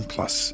Plus